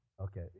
okay